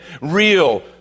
real